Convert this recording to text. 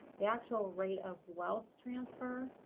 the actual rate of wealth transfer,